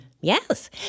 Yes